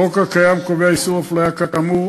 החוק הקיים קובע איסור הפליה כאמור